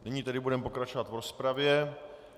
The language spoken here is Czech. Nyní tedy budeme pokračovat v rozpravě.